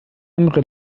andere